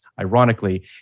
ironically